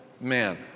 man